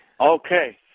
Okay